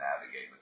navigate